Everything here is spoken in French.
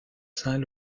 saint